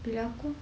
bila aku